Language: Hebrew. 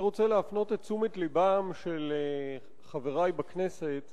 אני רוצה להפנות את תשומת לבם של חברי בכנסת